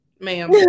ma'am